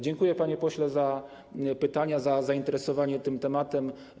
Dziękuję, panie pośle, za pytania, za zainteresowanie tym tematem.